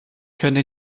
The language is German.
können